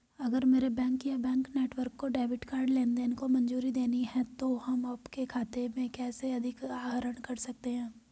अगर मेरे बैंक या बैंक नेटवर्क को डेबिट कार्ड लेनदेन को मंजूरी देनी है तो हम आपके खाते से कैसे अधिक आहरण कर सकते हैं?